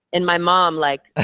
and my mom, like,